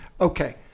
okay